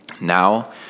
Now